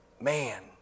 man